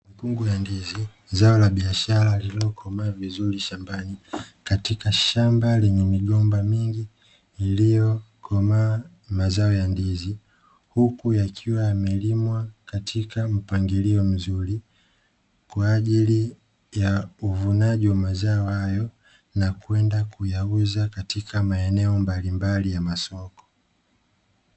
Vikundi vya ndizi zao la biashara lililokomaa vizuri shambani katika shamba lenye migomba mingi iliyokomaa, mazao ya ndizi huku yakiwa yamelimwa katika mpangilio mzuri, kwa ajili ya uvunaji wa mazao hayo na kwenda kuyauza katika maeneo mbalimbali ya masoko.